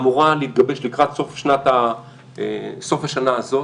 אמורה להתגבש לקראת סוף השנה הזאת,